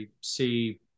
see